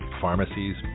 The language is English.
pharmacies